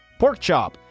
Porkchop